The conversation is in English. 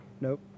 Nope